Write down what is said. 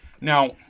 now